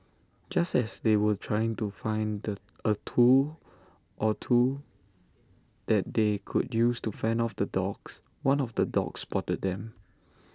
just as they were trying to find the A tool or two that they could use to fend off the dogs one of the dogs spotted them